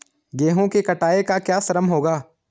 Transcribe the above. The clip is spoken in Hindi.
गेहूँ की कटाई का क्या श्रम होगा?